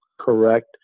correct